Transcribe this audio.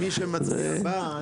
יצאנו בזול.